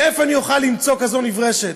איפה אני אוכל למצוא כזאת נברשת?